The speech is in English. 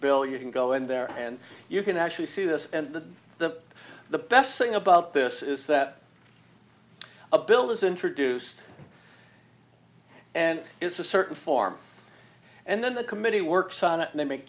bill you can go in there and you can actually see this and the the the best thing about this is that a bill is introduced and is a certain form and then the committee works on it and they make